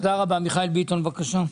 מיכאל ביטון, בבקשה.